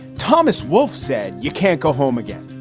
thomas wolfe said you can't go home again.